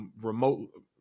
remote